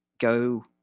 go